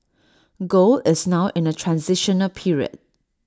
gold is now in A transitional period